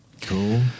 Cool